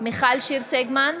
מיכל שיר סגמן,